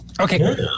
Okay